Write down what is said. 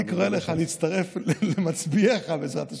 אני קורא לך להצטרף למצביעיך, בעזרת השם.